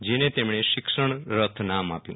જેને તેમણે શિક્ષણ રથ નામ આપ્યું